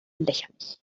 lächerlich